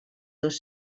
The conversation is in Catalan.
dos